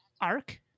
arc